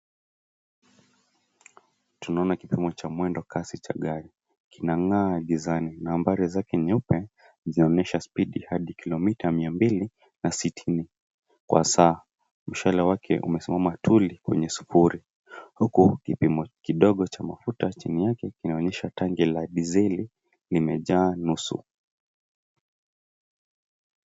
Tunaona kipima mwendo cha gari, kinagaa gizani, nambari zake nyeupe inaonyesha spidi hadi kilomita mia mbili na sitini kwa saa, mshale wake umesimama tuli kwenye sufuri, huku kipimo kidogo cha mafuta kikiwa chini yake kinaonyesha tangi la dizeli imejaa nusu.